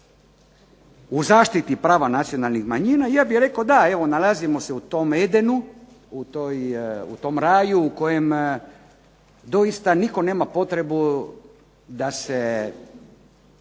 u zaštiti prava nacionalnih manjina, ja bih rekao da evo nalazimo se u tom edenu, u tom raju u kojem doista nitko nema potrebu da se